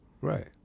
Right